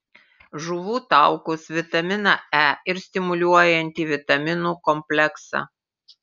žuvų taukus vitaminą e ir stimuliuojantį vitaminų kompleksą